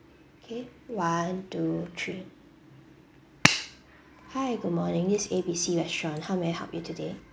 okay one two three hi good morning this A B C restaurant how may I help you today